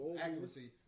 accuracy